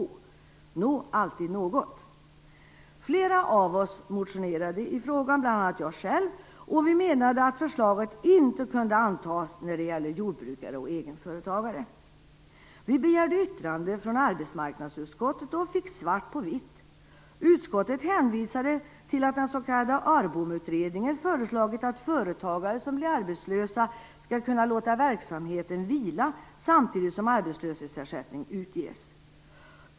Det är alltid något. Flera av oss motionerade i frågan och menade att förslaget inte kunde antas när det gäller jordbrukare och egenföretagare. Vi begärde yttrande från arbetsmarknadsutskottet och fick svart på vitt. Utskottet hänvisade till att den s.k. Arbom-utredningen föreslagit att företagare som blir arbetslösa skall kunna låta verksamheten vila samtidigt som arbetslöshetsersättning utges.